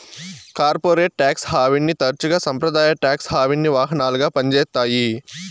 corporate tax హావెన్ని తరచుగా సంప్రదాయ టాక్స్ హావెన్కి వాహనాలుగా పంజేత్తాయి